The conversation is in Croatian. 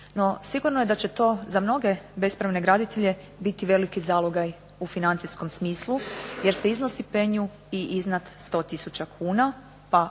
sigurno je da će to za mnoge bespravne graditelje biti veliki zalogaj u financijskom smislu jer se iznosi penju i iznad 100 tisuća